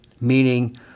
Meaning